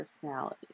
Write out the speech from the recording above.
personality